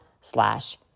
slash